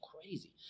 crazy